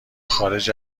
خارج